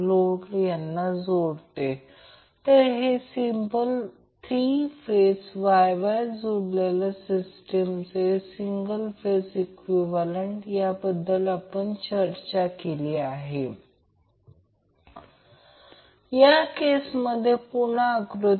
तर ab ते bc जर ते 120° असेल vc ते ca जर ते 120° असेल आणि ca ते ab हे 120° आहे येथे आपण 120° म्हणतो